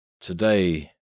to-day